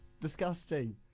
disgusting